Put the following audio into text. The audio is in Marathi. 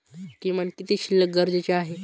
किमान किती शिल्लक गरजेची आहे?